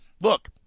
look